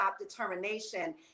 determination